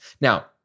Now